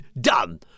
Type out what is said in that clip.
done